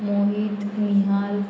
मोहीत निहाल